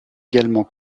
également